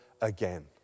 again